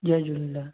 Jay Jhulelal